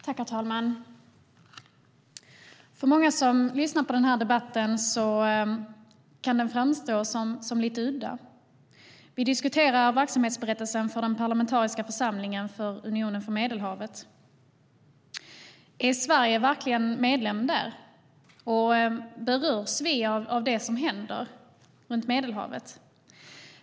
Herr talman! För många som lyssnar på den här debatten kan den nog framstå som lite udda. Vi diskuterar verksamhetsberättelsen för den parlamentariska församlingen för Unionen för Medelhavet. Är Sverige verkligen medlem där? Berörs vi av det som händer runt Medelhavet?